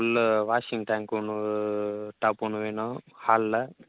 உள்ளே வாஷிங் டேங்க்கு ஒன்று டாப் ஒன்று வேணும் ஹாலில்